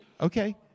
Okay